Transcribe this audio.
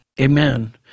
Amen